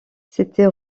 c’était